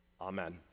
Amen